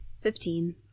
Fifteen